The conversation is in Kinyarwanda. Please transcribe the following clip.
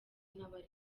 n’abari